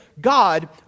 God